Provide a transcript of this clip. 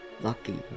lucky